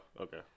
okay